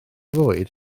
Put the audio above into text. fwyd